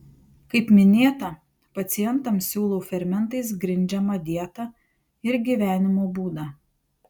kaip minėta pacientams siūlau fermentais grindžiamą dietą ir gyvenimo būdą